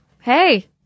hey